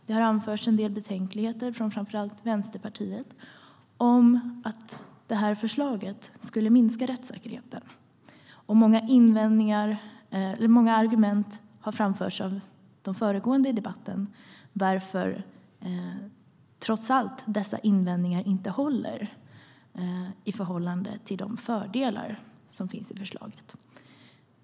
Det har anförts en del invändningar från framför allt Vänsterpartiet om att det här förslaget skulle minska rättssäkerheten, och många argument har framförts av de föregående talarna i debatten om varför dessa invändningar trots allt inte håller med tanke på de fördelar som förslaget innebär.